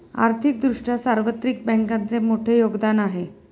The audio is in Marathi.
आर्थिक दृष्ट्या सार्वत्रिक बँकांचे मोठे योगदान आहे